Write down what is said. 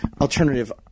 alternative